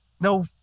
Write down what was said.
no